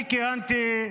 אני קיבלתי,